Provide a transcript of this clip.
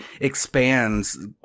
expands